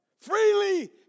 freely